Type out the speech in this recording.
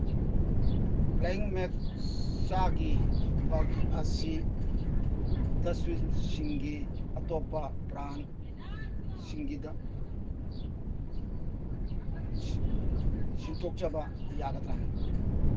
ꯕ꯭ꯂꯤꯡꯃꯦꯛꯁ ꯆꯥꯒꯤ ꯃꯒ ꯑꯁꯤ ꯗꯁꯕꯤꯟꯁꯤꯡꯒꯤ ꯑꯇꯣꯞꯄ ꯕ꯭ꯔꯥꯟ ꯁꯤꯡꯒꯤꯗ ꯁꯤꯟꯗꯣꯛꯆꯕ ꯌꯥꯒꯗ꯭ꯔꯥ